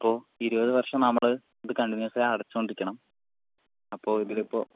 അപ്പോൾ ഇരുപതുവർഷം നമ്മൾ ഇത് കണ്ടിന്യൂസായി അടച്ചോണ്ടിരിക്കണം അപ്പോൾ ഇതിലിപ്പോൾ